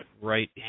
right